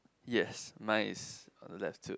yes my is on the left too